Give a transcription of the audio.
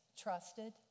trusted